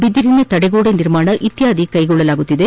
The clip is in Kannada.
ಬಿದಿರಿನ ತಡೆಗೋಡೆ ನಿರ್ಮಾಣ ಇತ್ಯಾದಿಗಳನ್ನು ಕೈಗೊಳ್ಳಲಾಗುತ್ತಿದೆ